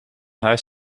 huis